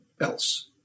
else